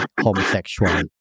homosexual